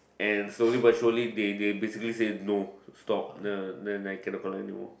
and slowly by slowly they they basically say no stop then then I cannot collect anymore